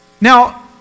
Now